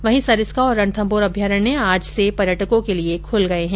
वहीं सरिस्का और रणथम्मौर अभ्यारण्य आज से पर्यटकों के लिये खुल गये है